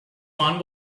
one